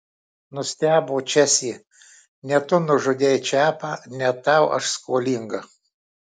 nustebo česė ne tu nužudei čepą ne tau aš skolinga